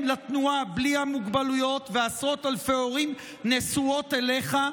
לתנועה בלי המוגבלויות נשואות אליך.